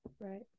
Right